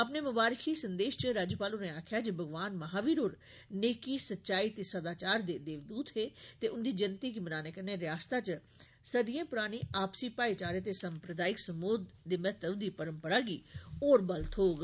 अपने मुबारकी संदेश इच राष्ट्रपाल होरें आक्खेआ जे भगवान महावीर होर नेकी सच्चाई ते सदाचार दे देवदूत हे ते उन्दी जयन्ति गी मनाने कन्नै रियासता इच सदियें परानी आपसी भाईचारे ते साम्प्रदायिक समोघ दे महत्व दी परम्परा गी होर बल थ्होग